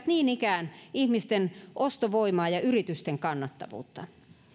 niin ikään ihmisten ostovoimaa ja yritysten kannattavuutta